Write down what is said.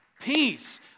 peace